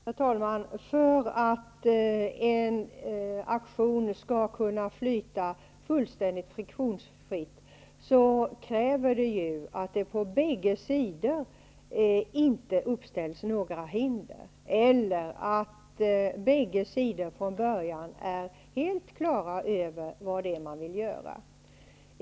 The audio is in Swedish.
Herr talman! För att en aktion skall kunna genomföras fullständigt friktionsfritt krävs att det inte på någondera sidan ställs upp några hinder och att båda sidor från början är helt på det klara med vad man vill göra.